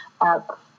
up